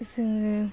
जोङो